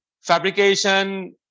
fabrication